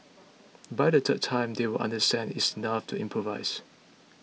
by the third time they will understand it enough to improvise